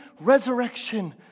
resurrection